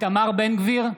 איתמר בן גביר,